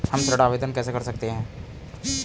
हम ऋण आवेदन कैसे कर सकते हैं?